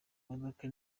modoka